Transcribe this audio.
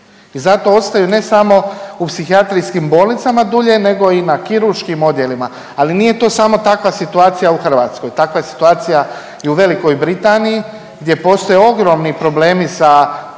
I zato ostaju ne samo u psihijatrijskim bolnicama dulje nego i na kirurškim odjelima, ali nije to samo takva situacija u Hrvatskoj, takva je situacija i u Velikoj Britaniji gdje postoje ogromni problemi sa